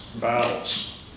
battles